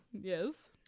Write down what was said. yes